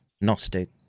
Gnostic